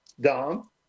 Dom